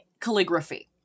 calligraphy